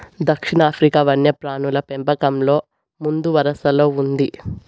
దక్షిణాఫ్రికా వన్యప్రాణుల పెంపకంలో ముందువరసలో ఉంది